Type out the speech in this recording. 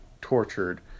tortured